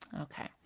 Okay